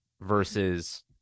versus